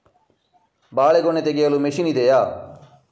ಬಾಳೆಗೊನೆ ತೆಗೆಯಲು ಮಷೀನ್ ಇದೆಯಾ?